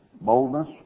Boldness